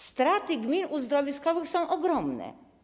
Straty gmin uzdrowiskowych są ogromne.